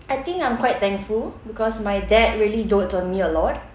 I think I'm quite thankful because my dad really dote on me a lot